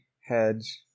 heads